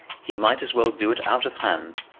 he might as well do it out of hand.